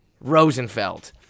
Rosenfeld